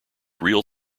real